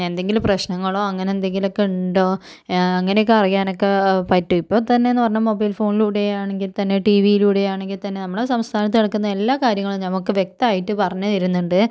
എന്തെങ്കിലും പ്രശ്നങ്ങളോ അങ്ങനെ എന്തെങ്കിലൊക്കെ ഉണ്ടോ അങ്ങനേക്കാ അറിയാനൊക്കെ പറ്റും ഇപ്പോൾ തന്നെന്ന് പറഞ്ഞാൽ മൊബൈൽ ഫോണിലൂടെയാണെങ്കിൽ തന്നെ ടിവിയിലൂടെ ആണെങ്കിൽ തന്നെ നമ്മളുടെ സംസ്ഥാനത്ത് നടക്കുന്ന എല്ലാ കാര്യങ്ങളും ഞമ്മക്ക് വ്യക്തമായിട്ട് പറഞ്ഞു തരുന്നുണ്ട്